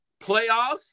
playoffs